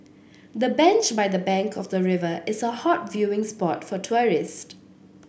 the bench by the bank of the river is a hot viewing spot for tourists